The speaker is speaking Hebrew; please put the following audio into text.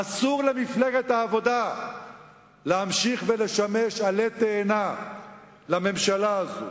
אסור למפלגת העבודה להמשיך ולשמש עלה תאנה לממשלה הזאת,